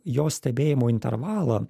jo stebėjimo intervalą